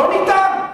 לא ניתן.